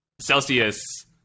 Celsius